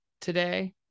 today